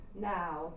Now